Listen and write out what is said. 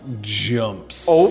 jumps